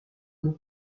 nous